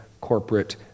corporate